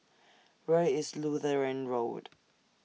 Where IS Lutheran Road